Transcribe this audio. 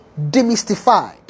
demystified